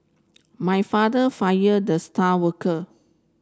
my father fired the star worker